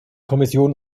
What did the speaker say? kommission